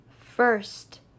first